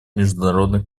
международных